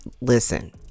Listen